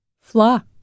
Flock